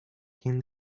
came